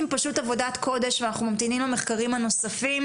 פשוט עבודת קודם ואנחנו ממתינים למחקרים הנוספים,